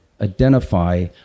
identify